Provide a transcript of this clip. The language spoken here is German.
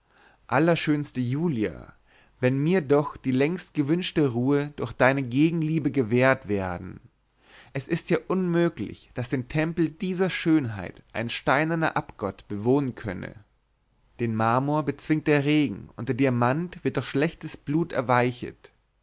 allerschönste julia wenn wird mir doch die längst gewünschte ruhe durch deine gegenliebe gewährt werden es ist ja unmöglich daß den tempel dieser schönheit ein steinerner abgott bewohnen könne den marmor bezwingt der regen und der diamant wird durch schlechtes blut erweichet